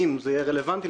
אם זה יהיה רלוונטי,